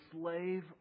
slave